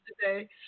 today